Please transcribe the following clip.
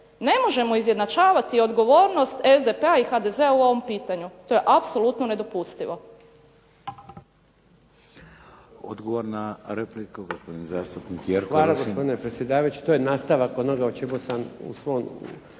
Ne možemo izjednačavati odgovornost SDP-a i HDZ-a u ovom pitanju. To je apsolutno nedopustivo.